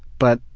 but